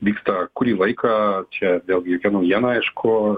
vyksta kurį laiką čia vėlgi jokia naujiena aišku